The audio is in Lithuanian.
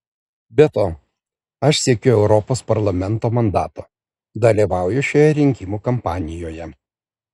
be to aš siekiu europos parlamento mandato dalyvauju šioje rinkimų kampanijoje